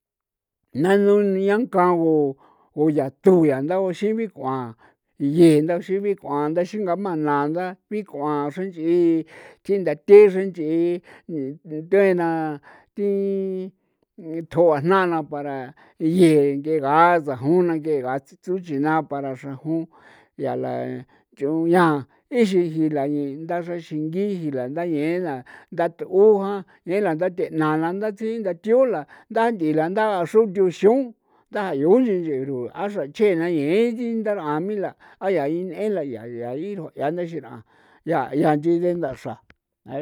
Nano nia nkago ku yaa tu yaa ndao xi bik'oan ye ndao xi bik'oan nda xingama na nda bik'oan xra nch'i thi ndathe xra nch'i thuena thuin tjoa jna na para nye nyega sajun na nyega tsuchina para sajun yaa la nch'un ya ixi jila ninda xra xingi jila nda yen la ndat'u jan yen la ndathe'na na ndathi nda tiola ndant'ila ndaxruthu xiun ndayun nchi nche ru a xra chena yeti ndar'an mila a yaa i n'en la ya ya irjo yaa ndaxi r'an ya ya nchi ndaxra.